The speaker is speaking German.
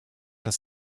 das